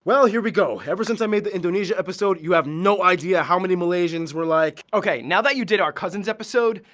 well, here we go! ever since i made the indonesia episode, you have no idea how many malaysians were like okay now that you did our cousin's episode.